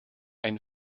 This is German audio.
ein